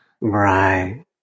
Right